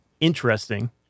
interesting